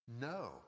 No